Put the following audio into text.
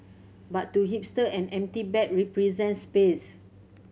but to hipster an empty bag represents space